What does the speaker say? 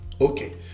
Okay